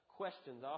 questions